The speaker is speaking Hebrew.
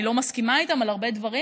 אני לא מסכימה איתם על הרבה דברים,